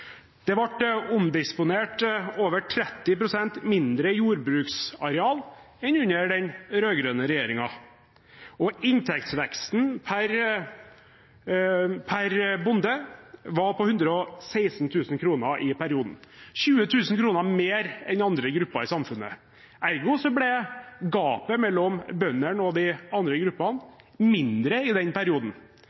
Det ble omdisponert over 30 pst. mindre jordbruksareal enn under den rød-grønne regjeringen, og inntektsveksten per bonde var på 116 000 kr i perioden, 20 000 kr mer enn andre grupper i samfunnet. Ergo ble gapet mellom bøndene og de andre gruppene mindre i den perioden.